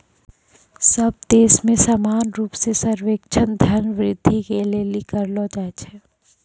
सब देश मे समान रूप से सर्वेक्षण धन वृद्धि के लिली करलो जाय छै